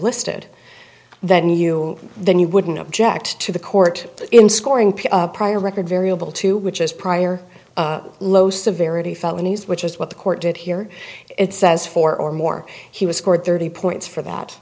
listed then you then you wouldn't object to the court in scoring p prior record variable to which is prior low severity felonies which is what the court did here it says four or more she was scored thirty points for that